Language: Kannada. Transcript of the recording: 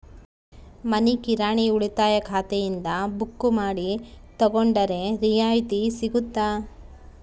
ಮನಿ ಕಿರಾಣಿ ಉಳಿತಾಯ ಖಾತೆಯಿಂದ ಬುಕ್ಕು ಮಾಡಿ ತಗೊಂಡರೆ ರಿಯಾಯಿತಿ ಸಿಗುತ್ತಾ?